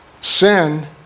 Sin